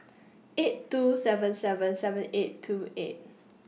eight two seven seven seven eight two eight